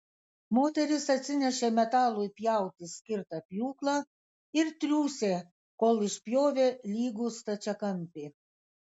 moterys atsinešė metalui pjauti skirtą pjūklą ir triūsė kol išpjovė lygų stačiakampį